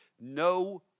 No